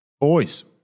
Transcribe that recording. Boys